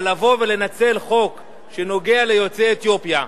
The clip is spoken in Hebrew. אבל לבוא ולנצל חוק שנוגע ליוצאי אתיופיה,